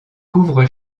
couvre